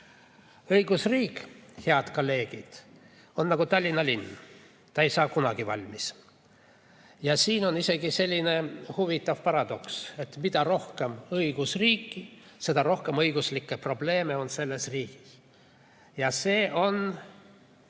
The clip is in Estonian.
Õigusriik, head kolleegid, on nagu Tallinna linn – ta ei saa kunagi valmis. Siin on isegi selline huvitav paradoks, et mida rohkem õigusriiki, seda rohkem õiguslikke probleeme selles riigis on. Ja see on